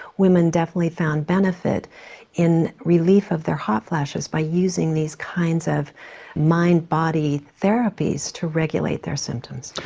women definitely found benefit in relief of their hot flashes by using these kinds of mind body therapies to regulate their symptoms.